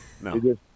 No